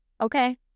okay